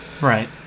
Right